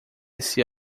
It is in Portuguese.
esse